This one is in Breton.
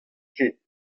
ket